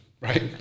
right